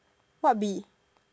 what Bee